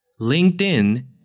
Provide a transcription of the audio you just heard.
LinkedIn